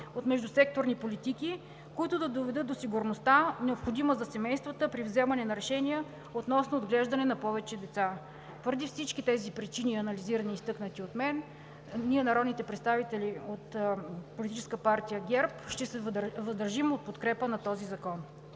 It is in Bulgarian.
от междусекторни политики, които да доведат до сигурността, необходима за семействата при вземане на решения относно отглеждане на повече деца. Поради всички тези причини, анализирани и изтъкнати от мен, народните представители от Политическа партия ГЕРБ ще се въздържим от подкрепа на този